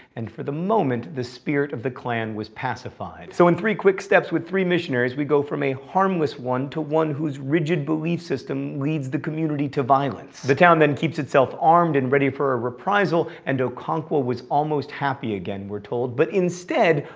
and for the moment the spirit of the clan was pacified. so in three quick steps with three missionaries, we go from a harmless one to one whose rigid belief system leads the community to violence. the town then keeps itself armed and ready for a reprisal, and okonkwo was almost happy again, we're told. but instead,